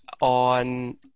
on